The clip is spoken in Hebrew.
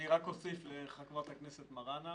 אני רק אוסיף לחברת הכנסת מראענה,